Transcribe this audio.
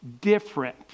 different